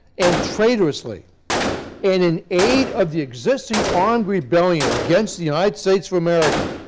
and traitorously, and in aid of the existing armed rebellion against the united states of america,